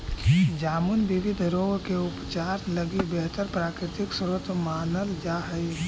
जामुन विविध रोग के उपचार लगी बेहतर प्राकृतिक स्रोत मानल जा हइ